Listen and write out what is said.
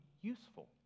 useful